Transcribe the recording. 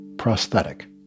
prosthetic